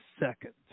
second